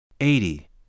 eighty